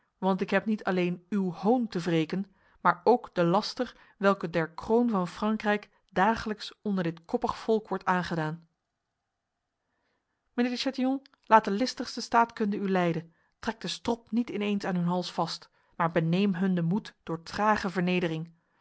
want ik heb niet alleen uw hoon te wreken maar ook de laster welke der kroon van frankrijk dagelijks onder dit koppig volk wordt aangedaan mijnheer de chatillon laat de listigste staatkunde u leiden trek de strop niet ineens aan hun hals vast maar beneem hun de moed door trage vernedering